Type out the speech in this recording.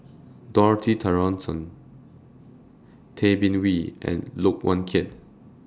Dorothy Tessensohn Tay Bin Wee and Look Yan Kit